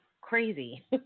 crazy